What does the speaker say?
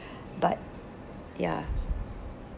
but yeah